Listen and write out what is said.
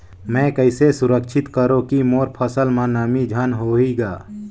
मैं कइसे सुरक्षित करो की मोर फसल म नमी झन होही ग?